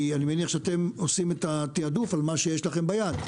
אני מניח שאתם עושים את התיעדוף על מה שיש לכם ביד,